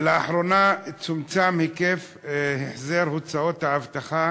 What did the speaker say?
לאחרונה צומצם היקף החזר הוצאות האבטחה